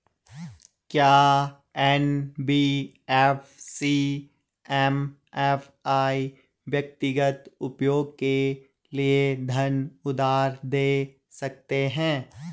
क्या NBFC MFI व्यक्तिगत उपयोग के लिए धन उधार दें सकते हैं?